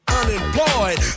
Unemployed